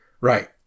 Right